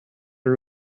her